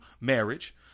marriage